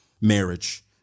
marriage